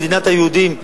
מדינת היהודים,